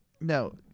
No